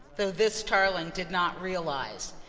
though this tarling did not realise,